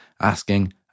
asking